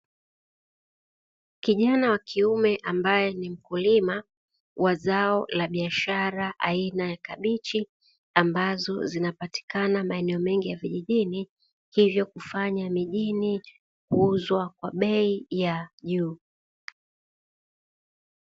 Kijana wa kiume ambaye ni mkulima wa zao la biashara aina ya kabichi, ambazo zinapatikana katika maeneo mengi ya kijijini hivyo kufanya mijini kuuzwa kwa bei ya juu.